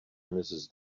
mrs